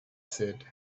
said